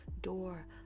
door